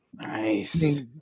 Nice